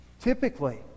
Typically